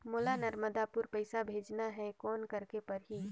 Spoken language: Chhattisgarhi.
मोला नर्मदापुर पइसा भेजना हैं, कौन करेके परही?